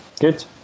Good